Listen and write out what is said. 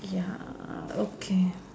ya okay